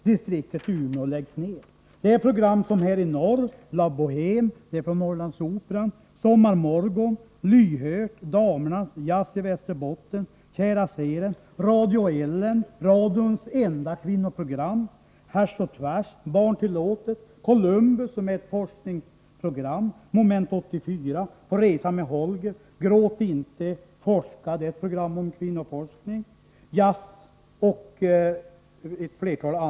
Det gäller flera program, t.ex.: Häri norr, La Bohéme från Norrlandsoperan, Sommarmorgon, Lyhört, Damernas, Jazz i Västerbotten, Kära-serien, Radio Ellen, radions enda kvinnoprogram, Härs och tvärs, Barntillåtet, Columbus, ett forskningsprogram, Moment 84, På resa med Holger, Gråt inte — forska, ett program om kvinnoforskning och Jazz på scharinska.